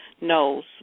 knows